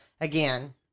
again